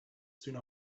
soon